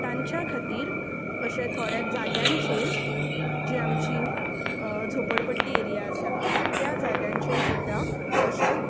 तांच्या खातीर तशेंच थोड्या जाग्यांचेर जे आमची झोपडपट्टी एरिया आसा त्या जाग्यांचेर सुद्दां अशें